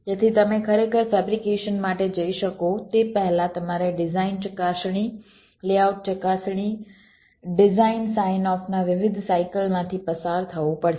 તેથી તમે ખરેખર ફેબ્રિકેશન માટે જઈ શકો તે પહેલાં તમારે ડિઝાઇન ચકાસણી લેઆઉટ ચકાસણી ડિઝાઇન સાઇન ઓફ ના વિવિધ સાઇકલમાંથી પસાર થવું પડશે